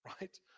right